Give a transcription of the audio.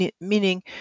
meaning